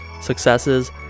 successes